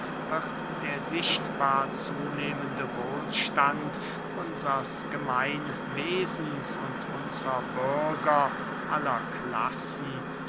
wird der sichtbar zunehmende wohlstand unsers gemeinwesens und unsrer bürger aller klassen